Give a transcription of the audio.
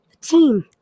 team